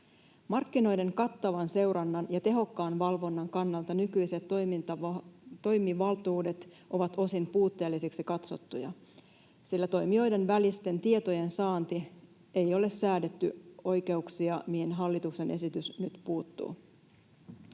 Markkinoiden kattavan seurannan ja tehokkaan valvonnan kannalta nykyiset toimivaltuudet ovat osin puutteellisiksi katsottuja, sillä toimijoiden välisten tietojen saantiin ei ole säädetty oikeuksia, mihin hallituksen esitys nyt puuttuu.